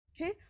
okay